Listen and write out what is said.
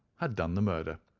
had done the murder,